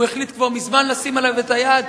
הוא החליט כבר מזמן לשים עליו את היד,